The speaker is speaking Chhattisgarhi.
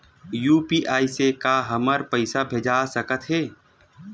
यू.पी.आई से का हमर पईसा भेजा सकत हे?